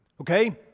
Okay